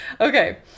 Okay